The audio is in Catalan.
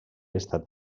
estat